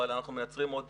מייצרים עוד